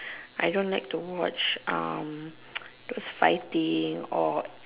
I don't like to watch fighting or